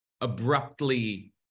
abruptly